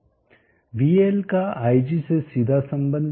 vL का ig से सीधा संबंध है